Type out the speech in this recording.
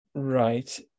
Right